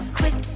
quick